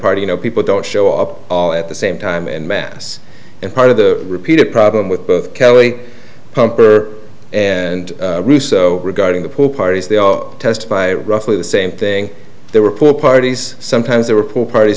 party you know people don't show up all at the same time and mass and part of the repeated problem with both kelly pumper and russo regarding the pool parties they are tested by roughly the same thing there were pool parties sometimes they report parties